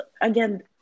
again